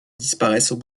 disparaissent